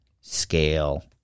scale